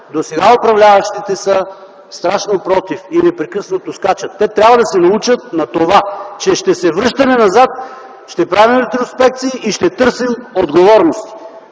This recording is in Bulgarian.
досега управляващите са страшно против и непрекъснато скачат. Те трябва да се научат на това, че ще се връщаме назад, ще правим ретроспекции и ще търсим отговорности.